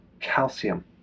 calcium